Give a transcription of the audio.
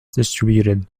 distributed